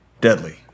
deadly